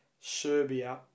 Serbia